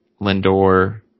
Lindor